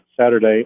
Saturday